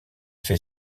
fait